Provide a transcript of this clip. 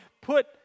put